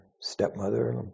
Stepmother